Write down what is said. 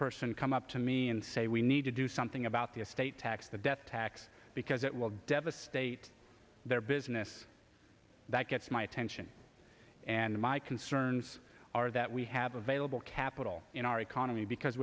person come up to me and say we need to do something about the estate tax the death tax because it will devastate their business that gets my attention and my concerns are that we have available capital in our economy because